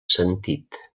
sentit